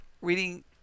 reading